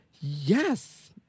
Yes